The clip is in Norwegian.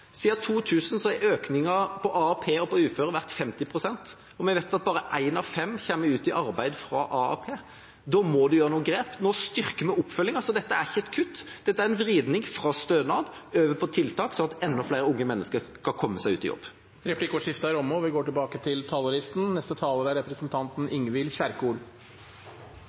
Siden 2000 har økningen på AAP og uføre vært på 50 pst., og vi vet at bare én av fem kommer ut i arbeid fra AAP. Da må vi ta noen grep. Nå styrker vi oppfølgingen, så dette er ikke et kutt. Det er en vridning fra stønad over på tiltak, slik at enda flere unge mennesker skal komme seg ut i jobb. Replikkordskiftet er omme. Arbeiderpartiet er på parti med alle her i landet som ønsker frihet, likeverd og